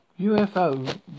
UFO